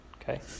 Okay